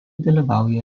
dalyvauja